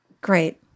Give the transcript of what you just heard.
Great